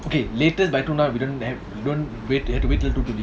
okay latest by two now we don't have we don't wait we have to wait till two to leave